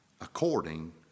according